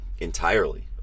entirely